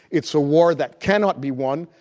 it's a war that cannot be won,